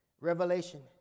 revelation